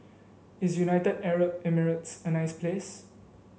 is United Arab Emirates a nice place